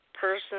person